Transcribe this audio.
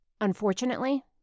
Unfortunately